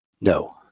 No